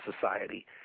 society